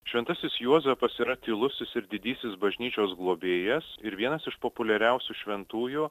šventasis juozapas yra tylusis ir didysis bažnyčios globėjas ir vienas iš populiariausių šventųjų